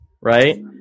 right